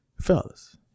fellas